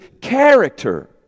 character